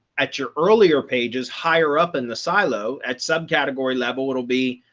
at your earlier pages higher up in the silo at subcategory level, it'll be,